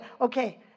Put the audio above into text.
Okay